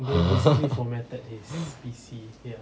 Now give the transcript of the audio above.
!huh!